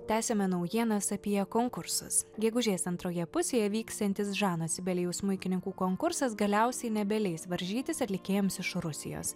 tęsiame naujienas apie konkursus gegužės antroje pusėje vyksiantis žano sibelijaus smuikininkų konkursas galiausiai nebeleis varžytis atlikėjams iš rusijos